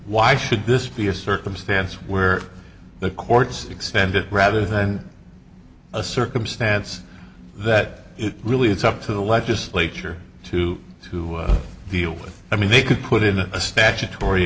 why should this be a circumstance where the courts extend it rather than a circumstance that it really is up to the legislature to to deal with i mean they could put in a statutory